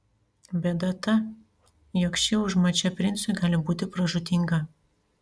bėda ta jog ši užmačia princui gali būti pražūtinga